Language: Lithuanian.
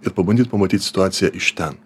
ir pabandyt pamatyt situaciją iš ten